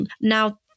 Now